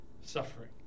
suffering